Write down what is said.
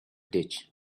ditch